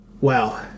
Wow